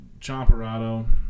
Chomperado